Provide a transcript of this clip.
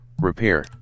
Repair